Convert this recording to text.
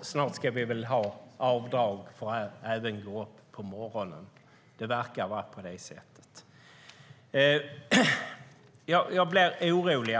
Snart ska vi väl ha avdrag även för att stiga upp på morgonen. Det verkar vara på det sättet. Jag blir orolig